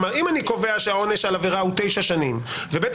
אם אני קובע שהעונש על עבירה הוא תשע שנים ובית